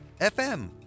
FM